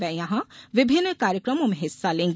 वे यहां विभिन्न कार्यक्रमों में हिस्सा लेंगी